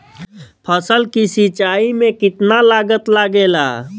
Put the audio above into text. फसल की सिंचाई में कितना लागत लागेला?